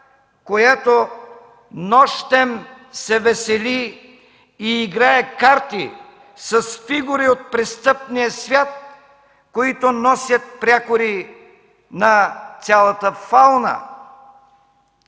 която нощем се весели и играе карти с фигури от престъпния свят, които носят прякори на цялата фауна